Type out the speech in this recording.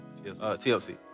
TLC